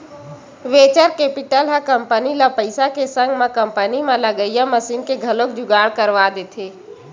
venture capital ह company ल पइसा के संग म कंपनी म लगइया मसीन के घलो जुगाड़ करवा देथे